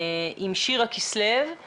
אני זוכרת